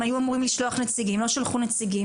הם היו אמורים לשלוח נציגים, הם לא שלחו נציגים.